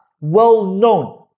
well-known